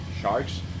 sharks